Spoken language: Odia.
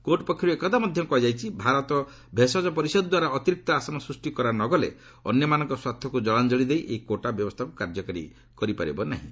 କୋର୍ଟ ପକ୍ଷରୁ ଏକଥା ମଧ୍ୟ କୁହାଯାଇଛି ଭାରତ ଭେଷଜ ପରିଷଦଦ୍ୱାରା ଅତିରିକ୍ତ ଆସନ ସୃଷ୍ଟି କରା ନ ଗଲେ ଅନ୍ୟମାନଙ୍କ ସ୍ୱାର୍ଥକୁ ଜଳାଞ୍ଚଳି ଦେଇ ଏହି କୋଟା ବ୍ୟବସ୍ଥାକୁ କାର୍ଯ୍ୟକାରୀ କରାଯାଇପାରିବ ନାହିଁ